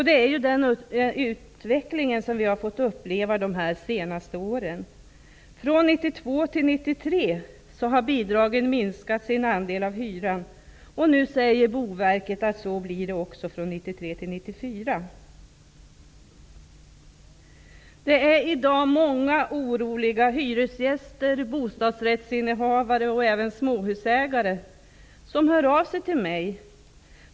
Det är den utveckling som vi har fått uppleva de senaste åren. Från 1992 till 1993 har andelen bidrag av hyran minskat. Nu säger Boverket att det också blir en sådan utveckling från 1993 till 1994. Många oroliga hyresgäster, bostadsrättsinnehavare och även småhusägare hör i dag av sig till mig.